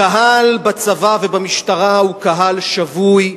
הקהל בצבא ובמשטרה הוא קהל שבוי,